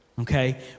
okay